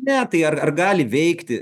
ne tai ar ar gali veikti